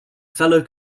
fellow